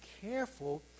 careful